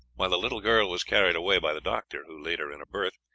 while the little girl was carried away by the doctor, who laid her in a berth,